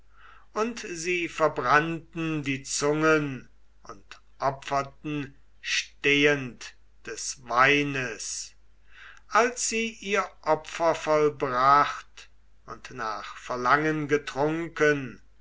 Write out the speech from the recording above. und sie verbrannten die zungen und opferten stehend des weines als sie ihr opfer vollbracht und nach verlangen getrunken